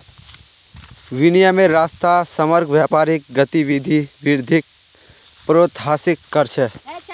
विनिमयेर रास्ता समग्र व्यापारिक गतिविधित वृद्धिक प्रोत्साहित कर छे